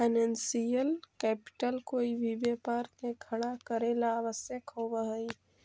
financial capital कोई भी व्यापार के खड़ा करेला ला आवश्यक होवऽ हई